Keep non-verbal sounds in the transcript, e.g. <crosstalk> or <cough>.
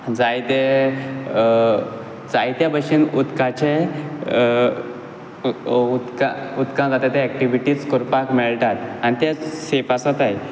जायते जायते भाशेन उदकाचे <unintelligible> उदकां घाताय ते एक्टिविटीज करपाक मेळटात आनी ते सेफ आसताय